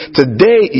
today